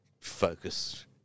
focus